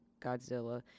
Godzilla